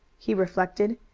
he reflected,